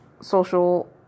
social